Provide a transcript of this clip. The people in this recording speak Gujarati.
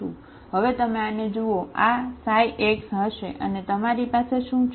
હવે તમે આને જુઓ આ ξx હશે અને તમારી પાસે શું છે